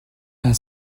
pas